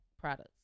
products